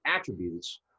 attributes